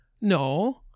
No